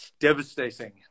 Devastating